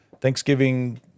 Thanksgiving